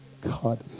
God